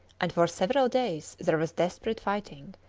and for several days there was desperate fighting,